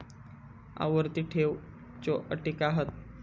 आवर्ती ठेव च्यो अटी काय हत?